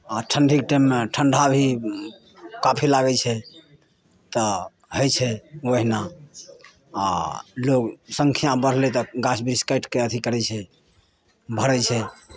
आ ठण्डीके टाइममे ठण्डा भी काफी लागै छै तऽ हय छै ओहिना आ लोग सङ्ख्या बढ़लै तऽ गाछ बृछ काटि कऽ अथी करै छै भरै छै